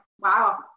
wow